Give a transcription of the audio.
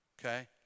Okay